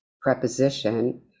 preposition